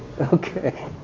Okay